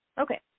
Okay